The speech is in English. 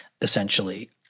essentially